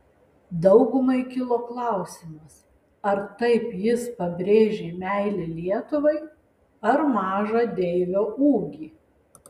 daugumai kilo klausimas ar taip jis pabrėžė meilę lietuvai ar mažą deivio ūgį